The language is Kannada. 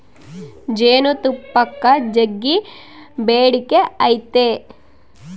ಜೇನುತುಪ್ಪಕ್ಕ ಜಗ್ಗಿ ಬೇಡಿಕೆ ಐತೆ